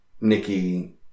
Nikki